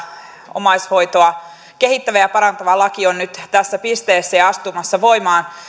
omaishoitoa kehittävä ja parantava laki on nyt tässä pisteessä ja astumassa voimaan